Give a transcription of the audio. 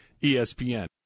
ESPN